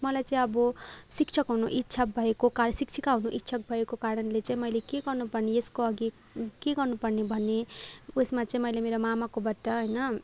मलाई चाहिँ अब शिक्षक हुनु इच्छा भएको कारण शिक्षिका हुनु इच्छा भएको कारणले चाहिँ मैले के गर्नुपर्ने यसको अघि के गर्नुपर्ने भन्ने उएसमा चाहिँ मैले मेरो मामाकोबाट होइन